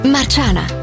Marciana